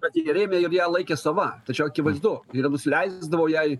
bet jie rėmė ir ją laikė sava tai čia akivaizdu ir nusileisdavo jai